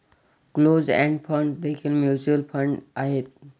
closed end funds देखील mutual fund आहेत